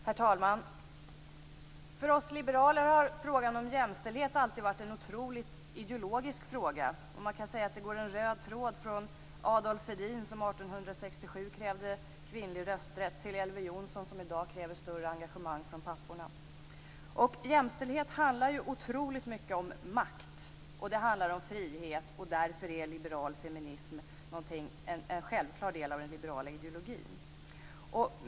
Herr talman! För oss liberaler har frågan om jämställdhet alltid varit en djupt ideologisk fråga. Man kan säga att det går en röd tråd från Adolf Hedin, som 1867 krävde kvinnlig rösträtt, till Elver Jonsson, som i dag kräver större engagemang av papporna. Jämställdhet handlar otroligt mycket om makt och det handlar om frihet. Därför är liberal feminism en självklar del av den liberala ideologin.